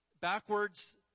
backwards